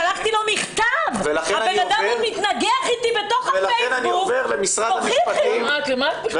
שלחתי לו מכתב והבן אדם מתנגח אתי בתוך הפייסבוק ואומר לי תוכיחי.